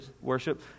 worship